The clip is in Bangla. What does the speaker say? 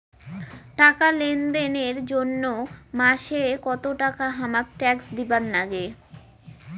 টাকা লেনদেন এর জইন্যে মাসে কত টাকা হামাক ট্যাক্স দিবার নাগে?